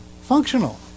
functional